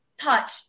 touch